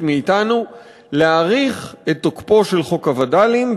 מאתנו להאריך את תוקפו של חוק הווד"לים,